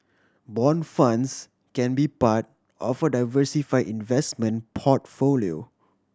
bond funds can be part of a diversify investment portfolio